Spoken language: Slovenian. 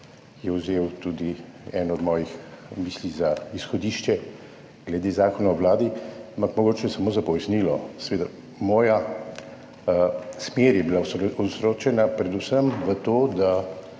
je vzel tudi eno od mojih misli za izhodišče glede Zakona o Vladi, ampak mogoče samo za pojasnilo. Moja smer je bila osredotočena predvsem v to, da